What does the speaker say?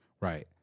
Right